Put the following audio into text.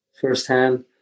firsthand